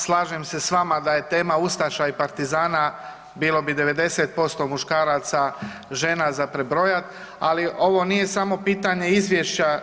Slažem se s vama da je tema ustaša i partizana bilo bi 90% muškaraca, žena za prebrojat, ali ovo nije samo pitanje izvješća.